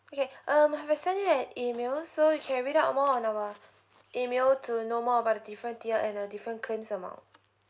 okay um I have sent you an email so you can read up more on our email to know about the different tier and uh different claims amount